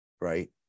right